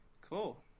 cool